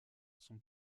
son